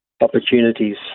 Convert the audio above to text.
opportunities